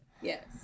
Yes